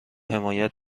حمایت